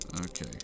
Okay